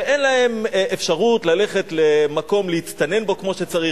שאין להם אפשרות ללכת למקום להצטנן בו כמו שצריך,